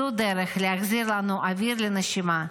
זו דרך להחזיר לנו אוויר לנשימה,